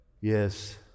Yes